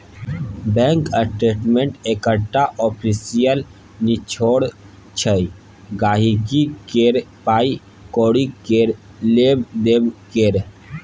bank statement एकटा official निचोड़ छै गांहिकी केर पाइ कौड़ी केर लेब देब केर